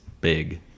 big